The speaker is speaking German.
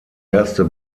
erste